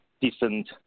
decent